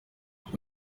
gihe